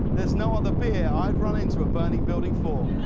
there's no other beer i would run into a burning building for.